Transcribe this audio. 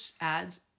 adds